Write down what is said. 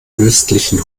fürstlichen